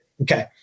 Okay